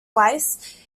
weiss